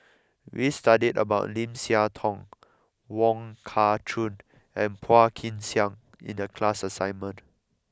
we studied about Lim Siah Tong Wong Kah Chun and Phua Kin Siang in the class assignment